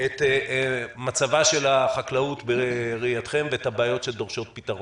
את מצבה של החקלאות בראייתכם ואת הבעיות שדורשות פתרון.